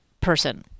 person